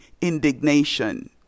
indignation